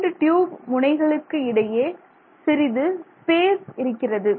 இரண்டு டியூப் முனைகளுக்கு இடையே சிறிது ஸ்பேஸ் இருக்கிறது